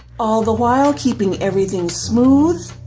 all the while keeping everything smooth